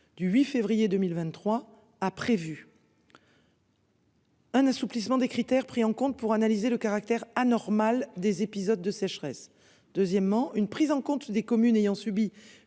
Du 8 février 2023 a prévu. Un assouplissement des critères pris en compte pour analyser le caractère anormal des épisodes de sécheresse. Deuxièmement, une prise en compte des communes ayant subi